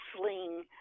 sling